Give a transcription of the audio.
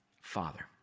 Father